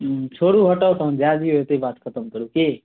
छोड़ू हटाउ तहन जा दिऔ एत्तहि बात खतम करू कि